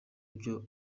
ibyo